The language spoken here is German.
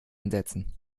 einsetzen